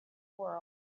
world